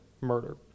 murder